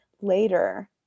later